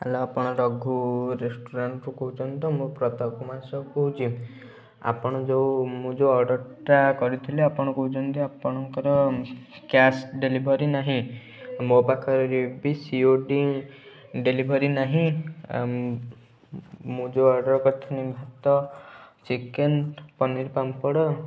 hello ଆପଣ ରଘୁ ରେଷ୍ଟୁରାଣ୍ଟରୁ କହୁଛନ୍ତି ତ ମୁଁ ପ୍ରତାପ କୁମାର ସାହୁ କହୁଛି ଆପଣ ଯେଉଁ ମୁଁ ଯେଉଁ ଅର୍ଡ଼ରଟା କରିଥିଲି ଆପଣ କହୁଛନ୍ତି ଆପଣଙ୍କର କ୍ୟାସ୍ ଡେଲିଭରି ନାହିଁ ମୋ ପାଖରେ ବି ସି ଓ ଡ଼ି ଡେଲିଭରି ନାହିଁ ମୁଁ ଯେଉଁ ଅର୍ଡ଼ର କରିଥିଲି ଭାତ ଚିକେନ୍ ପନିର ପାମ୍ପଡ଼